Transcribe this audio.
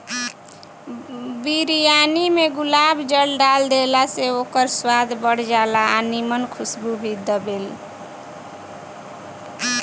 बिरयानी में गुलाब जल डाल देहला से ओकर स्वाद बढ़ जाला आ निमन खुशबू भी देबेला